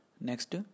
Next